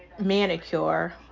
manicure